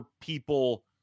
people